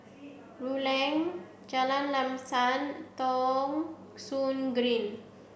Rulang Jalan Lam Sam Thong Soon Green